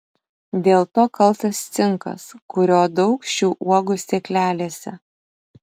dėl to kaltas cinkas kurio daug šių uogų sėklelėse